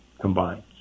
combined